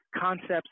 concepts